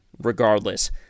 regardless